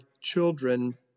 children